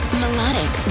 melodic